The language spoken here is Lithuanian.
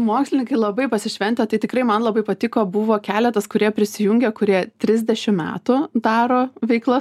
mokslininkai labai pasišventę tai tikrai man labai patiko buvo keletas kurie prisijungė kurie trisdešim metų daro veiklas